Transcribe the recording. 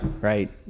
right